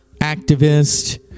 activist